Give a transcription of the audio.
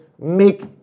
make